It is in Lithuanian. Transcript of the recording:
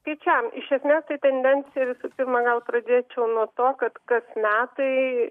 skaičiavom iš esmės tai tendencija visų pirma gal pradėčiau nuo to kad kas metai